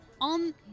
On